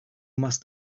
must